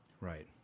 right